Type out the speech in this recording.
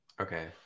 Okay